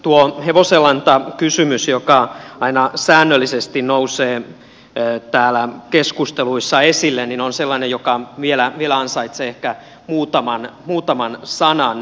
tuo hevosenlantakysymys joka aina säännöllisesti nousee täällä keskusteluissa esille on sellainen joka vielä ansaitsee ehkä muutaman sanan